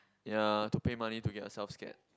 ya to pay money to get yourself scared